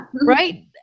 right